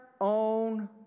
own